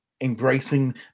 embracing